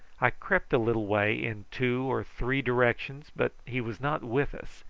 i crept a little way in two or three directions, but he was not with us,